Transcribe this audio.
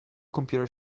computer